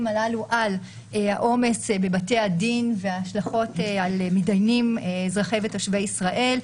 הללו על העומס בבתי הדין וההשלכות על מתדיינים אזרחי ותושבי ישראל.